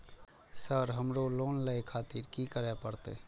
Sir हमरो loan ले खातिर की करें परतें?